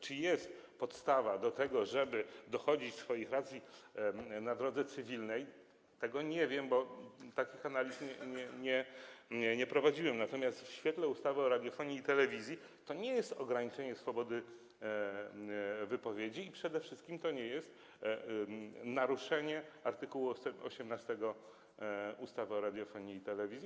Czy jest podstawa do tego, żeby dochodzić swoich racji na drodze cywilnej, tego nie wiem, bo takich analiz nie prowadziłem, natomiast w świetle ustawy o radiofonii i telewizji to nie jest ograniczenie swobody wypowiedzi i przede wszystkim to nie jest naruszenie art. 18 ustawy o radiofonii i telewizji.